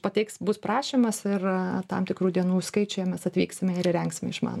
pateiks bus prašymas ir tam tikrų dienų skaičiuje mes atvyksime ir įrengsim išmanų